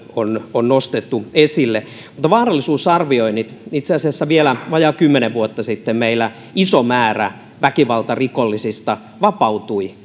on on nostettu esille mutta vaarallisuusarvioinnit itse asiassa vielä vajaa kymmenen vuotta sitten meillä iso määrä väkivaltarikollisia vapautui